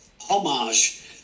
homage